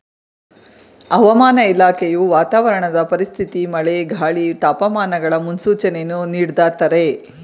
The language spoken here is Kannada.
ಹವಾಮಾನ ಇಲಾಖೆಯು ವಾತಾವರಣದ ಪರಿಸ್ಥಿತಿ ಮಳೆ, ಗಾಳಿ, ತಾಪಮಾನಗಳ ಮುನ್ಸೂಚನೆಯನ್ನು ನೀಡ್ದತರೆ